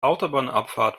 autobahnabfahrt